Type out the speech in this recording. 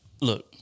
Look